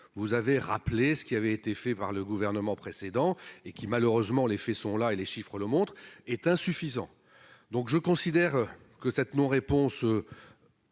vous avez rappelé ce qui avait été fait par le gouvernement précédent et qui, malheureusement, les faits sont là et les chiffres le montrent est insuffisant, donc je considère que cette non-réponse